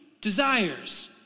desires